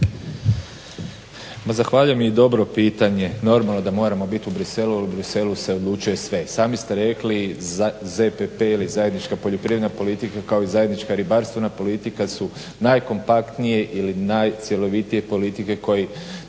zahvaljujem i dobro pitanje, normalno da moramo biti u Bruxellesu, jer u Bruxellesu se odlučuje sve. Sami ste rekli ZPP ili zajednička poljoprivredna politika kao i zajednička ribarstvena politika su najkompaktnije ili najcjelovitije politike koje